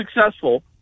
successful